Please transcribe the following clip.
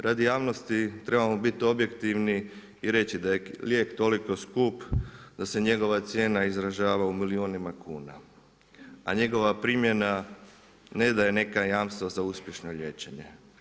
Radi javnosti trebamo biti objektivni i reći da je lijek toliko skup da se njegova cijena izražava u milijunima kuna, a njegova primjena ne daje neka jamstva za uspješno liječenje.